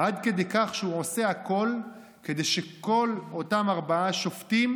עד כדי כך שהוא עושה הכול כדי שכל אותם ארבעה שופטים